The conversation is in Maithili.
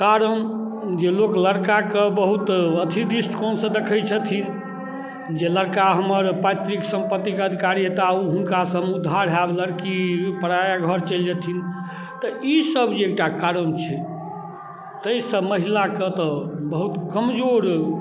कारण जे लोक लड़काके बहुत अथी दृष्टिकोणसँ देखै छथिन जे लड़का हमर पैतृक सम्पतिके अधिकारी हेताह हुनकासँ हम उद्धार होएब लड़की पराया घर चलि जेथिन तऽ ईसब जे एकटा कारण छै ताहिसँ महिलाके तऽ बहुत कमजोर